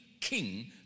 king